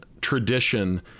tradition